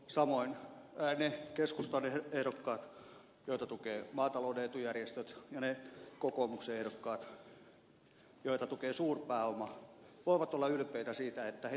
samoin ne keskustan ehdokkaat joita tukevat maatalouden etujärjestöt ja ne kokoomuksen ehdokkaat joita tukee suurpääoma voivat olla ylpeitä siitä että heitä tuetaan